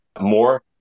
more